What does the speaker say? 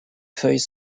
feuilles